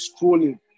scrolling